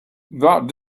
that